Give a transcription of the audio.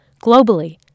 Globally